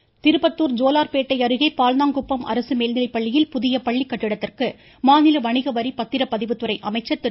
வீரமணி திருப்பத்தூர் ஜோலார்பேட்டை அருகே பால்நாங்குப்பம் அரசு மேல்நிலைப்பள்ளியில் பள்ளி கட்டிடத்திற்கு மாநில புகிய பத்திரப்பதிவுத்துறை அமைச்சர் திரு